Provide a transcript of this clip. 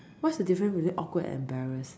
what's the difference between awkward and embarrassed